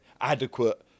adequate